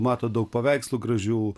mato daug paveikslų gražių